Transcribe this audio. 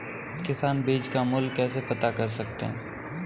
किसान बीज का मूल्य कैसे पता कर सकते हैं?